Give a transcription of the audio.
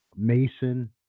Mason